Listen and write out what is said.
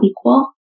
equal